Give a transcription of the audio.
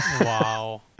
Wow